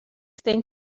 think